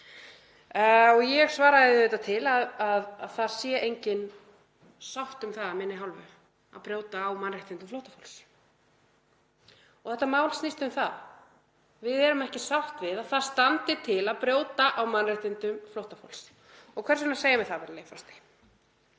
Ég svaraði því auðvitað til að það væri engin sátt um það af minni hálfu að brjóta á mannréttindum flóttafólks. Þetta mál snýst um það. Við erum ekki sátt við að það standi til að brjóta á mannréttindum flóttafólks. Og hvers vegna segjum við það, virðulegi